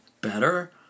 better